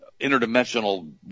interdimensional